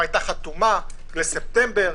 וחתומה בספטמבר.